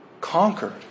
conquered